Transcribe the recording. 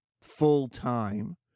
full-time